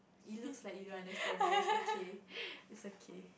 it looks like you understand but it's okay its okay